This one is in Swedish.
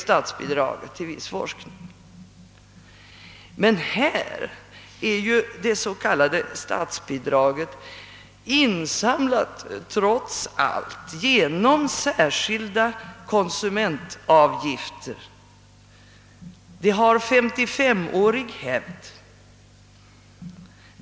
Det s.k. statsbidrag vi här diskuterar är trots allt insamlat genom särskilda konsumentavgifter, och det har 55-årig hävd.